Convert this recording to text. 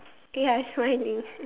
ya smiling